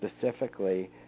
specifically